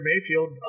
Mayfield